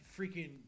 freaking